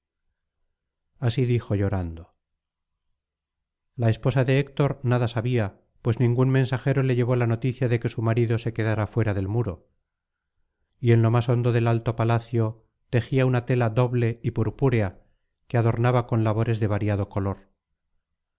así dijo llorando la esposa de héctor nada sabía pues ningún mensajero le llevó la noticia de que su marido se quedara fuera del muro y en lo más hondo del alto palacio tejía una tela doble y purpúrea que adornaba con labores de variado ccjor